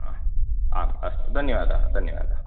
आ आम् अस्तु धन्यवादाः धन्यवादाः